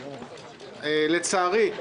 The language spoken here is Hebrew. לצערי,